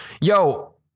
Yo